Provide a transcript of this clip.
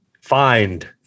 find